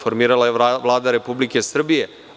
Formirala je Vlada Republike Srbije.